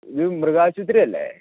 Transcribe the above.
ഇത് മൃഗാശുപത്രി അല്ലേ